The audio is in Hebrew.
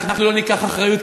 אנחנו לא ניקח אחריות,